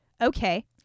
Okay